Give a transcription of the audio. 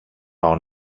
πάω